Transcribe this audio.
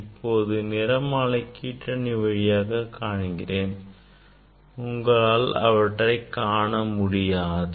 இப்போது நிறமாலையை கீற்றணி வழியாக காண்கிறேன் உங்களால் அவற்றைக் காண முடியாது